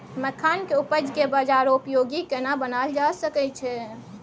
मखान के उपज के बाजारोपयोगी केना बनायल जा सकै छै?